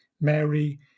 Mary